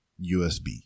USB